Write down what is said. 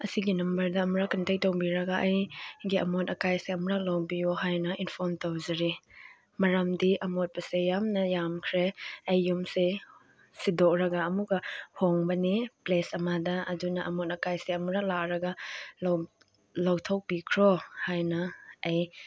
ꯑꯁꯤꯒꯤ ꯅꯝꯕꯔꯗ ꯑꯃꯨꯔꯛ ꯀꯟꯇꯦꯛ ꯇꯧꯕꯤꯔꯒ ꯑꯩꯒꯤ ꯑꯃꯣꯠ ꯑꯀꯥꯏꯁꯦ ꯑꯃꯨꯔꯛ ꯂꯧꯕꯤꯌꯣ ꯍꯥꯏꯅ ꯏꯝꯐꯣꯔꯝ ꯇꯧꯖꯔꯤ ꯃꯔꯝꯗꯤ ꯑꯃꯣꯠꯄꯁꯦ ꯌꯥꯝꯅ ꯌꯥꯝꯈ꯭ꯔꯦ ꯑꯩ ꯌꯨꯝꯁꯦ ꯁꯤꯗꯣꯛꯂꯒ ꯑꯃꯨꯛꯀ ꯍꯣꯡꯕꯅꯤ ꯄ꯭ꯂꯦꯁ ꯑꯃꯗ ꯑꯗꯨꯅ ꯑꯃꯣꯠ ꯑꯀꯥꯏꯁꯦ ꯑꯃꯨꯔꯛ ꯂꯥꯛꯂꯒ ꯂꯧ ꯂꯧꯊꯣꯛꯄꯤꯈ꯭ꯔꯣ ꯍꯥꯏꯅ ꯑꯩ